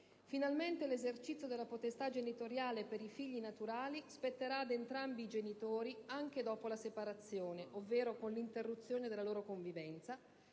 Finalmente, l'esercizio della potestà genitoriale per i figli naturali spetterà ad entrambi i genitori anche dopo la separazione, ovvero con l'interruzione della loro convivenza,